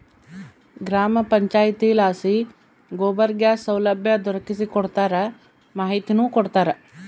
ಗ್ರಾಮ ಪಂಚಾಯಿತಿಲಾಸಿ ಗೋಬರ್ ಗ್ಯಾಸ್ ಸೌಲಭ್ಯ ದೊರಕಿಸಿಕೊಡ್ತಾರ ಮಾಹಿತಿನೂ ಕೊಡ್ತಾರ